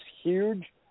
huge